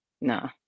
No